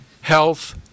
health